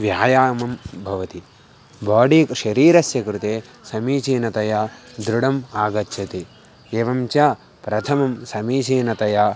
व्यायामः भवति बोडी शरीरस्य कृते समीचीनतया दृढम् आगच्छति एवं च प्रथमं समीचीनतया